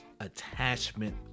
attachment